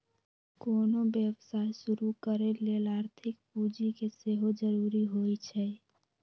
कोनो व्यवसाय शुरू करे लेल आर्थिक पूजी के सेहो जरूरी होइ छै